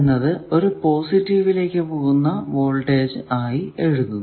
എന്നത് ഒരു പോസിറ്റീവിലേക്കു പോകുന്ന വോൾടേജ് ആയി എഴുതുന്നു